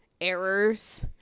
errors